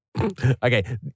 okay